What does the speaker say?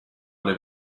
alle